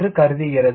என்று கருதுகிறது